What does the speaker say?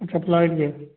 अच्छा फ़्लाइट भी है